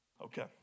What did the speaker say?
Okay